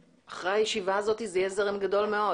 אחרי הישיבה הזאת זה יהיה זרם מאוד גדול,